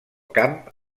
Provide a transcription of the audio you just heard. camp